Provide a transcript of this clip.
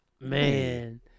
Man